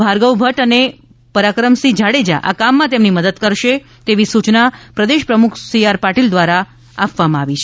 ભરગાવ ભદ્દ અને પરાક્રમસિંહ જાડેજા આ કામમાં તેમની મદદ કરશે તેવી સૂચના પ્રદેશ પ્રમુખ શ્રી પાટિલ તરફથી બહાર પાડવામાં આવી છે